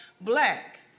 black